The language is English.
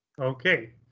Okay